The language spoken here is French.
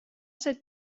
cette